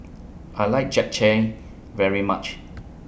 I like Japchae very much